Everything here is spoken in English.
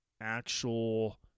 actual